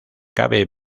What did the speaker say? cabe